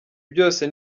byose